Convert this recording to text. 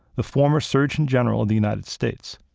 the former surgeon general of the united states.